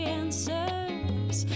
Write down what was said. answers